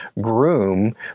groom